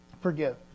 Forgive